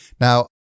Now